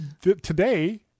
today